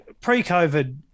pre-COVID